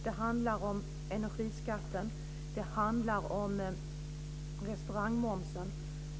Det handlar om energiskatten. Det handlar om restaurangmomsen.